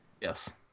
Yes